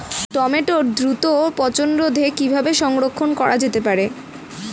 টমেটোর দ্রুত পচনরোধে কিভাবে সংরক্ষণ করা যেতে পারে?